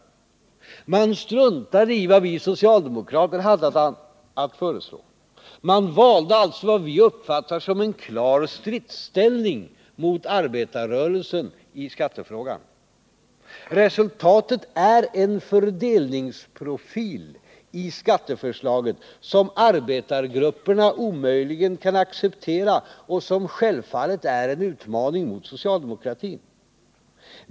Man struntade i vad vi socialdemokrater hade att föreslå. Man valde alltså vad vi uppfattar som en klar stridsställning mot arbetarrörelsen i skattefrågan. Resultatet är en fördelningsprofil i skatteförslaget som arbetargrupperna omöjligen kan acceptera och som självfallet ären utmaning mot socialdemokratin.